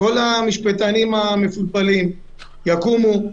כל המשפטנים המפולפלים יקומו,